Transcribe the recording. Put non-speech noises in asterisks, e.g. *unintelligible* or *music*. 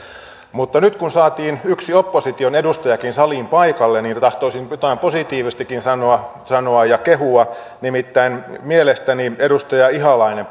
mutta nyt kun saatiin yksi opposition edustajakin saliin paikalle niin tahtoisin jotain positiivistakin sanoa sanoa ja kehua nimittäin mielestäni edustaja ihalainen *unintelligible*